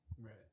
Right